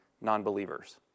non-believers